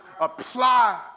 apply